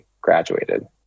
graduated